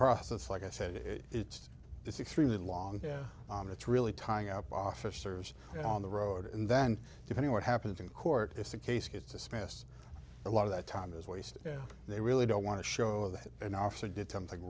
process like i said it's this extremely long yeah it's really tying up officers on the road and then if any what happens in court if the case gets asparagus a lot of that time is wasted yeah they really don't want to show that an officer did something